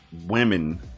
women